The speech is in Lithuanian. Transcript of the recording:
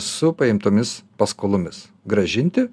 su paimtomis paskolomis grąžinti